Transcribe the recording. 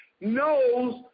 knows